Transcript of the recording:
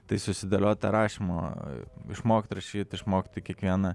tai susidėliot tą rašymo išmokt rašyt išmokti kiekvieną